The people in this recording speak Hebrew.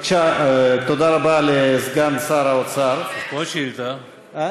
תודה רבה לסגן שר האוצר על השאילתה הזאת,